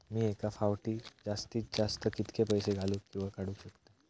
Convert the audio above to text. मी एका फाउटी जास्तीत जास्त कितके पैसे घालूक किवा काडूक शकतय?